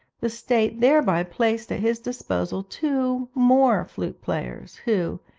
the state thereby placed at his disposal two more flute-players, who,